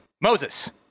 Moses